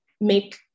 make